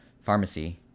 pharmacy